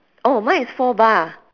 oh mine is four bar